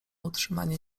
utrzymanie